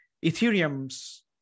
Ethereum's